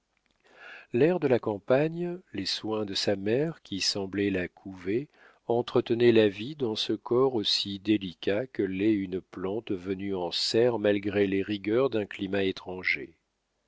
l'air de la campagne les soins de sa mère qui semblait la couver entretenaient la vie dans ce corps aussi délicat que l'est une plante venue en serre malgré les rigueurs d'un climat étranger